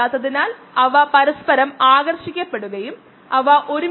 അതിനാൽ നമ്മൾ ഇത് സമന്വയിപ്പിക്കുകയാണെങ്കിൽ